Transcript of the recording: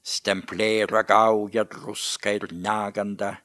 stemplėj ragauja druska ir neganda